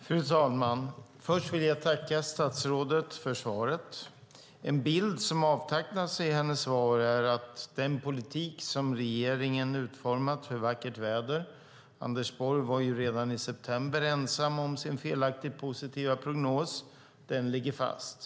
Fru talman! Först vill jag tacka statsrådet för svaret. En bild som avtecknar sig i hennes svar är att den politik som regeringen har utformat för vackert väder - Anders Borg var redan i september ensam om sin felaktigt positiva prognos - ligger fast.